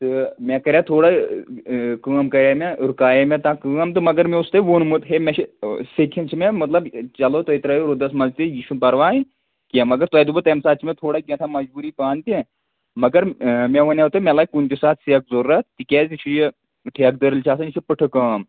تہٕ مےٚ کَرے تھوڑا کٲم کَرے مےٚ رُکایے مےٚ تاں کٲم تہٕ مگر مےٚ اوس تۄہہِ ووٚنمُت ہے مےٚ چھِ سیٚکہِ ہِنٛز چھِ مےٚ مطلب چلو تُہۍ ترٛٲیِو روٗدَس منٛز تہِ یہِ چھُنہٕ پَرواے کینٛہہ مگر تۄہہِ دوٚپوُ تَمہِ ساتہٕ چھِ مےٚ تھوڑا کیٚتھام مجبوٗری پانہٕ تہِ مگر مےٚ وَنیٛاو تۄہہِ مےٚ لَگہِ کُنہِ تہِ ساتہٕ سیٚکھ ضروٗرَت تِکیٛازِ یہِ چھُ یہِ ٹھیٚکدٔرِل چھُ آسان یہِ چھِ پُٹھٕ کٲم